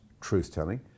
truth-telling